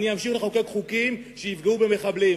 אני אמשיך לחוקק חוקים שיפגעו במחבלים.